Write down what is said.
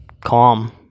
calm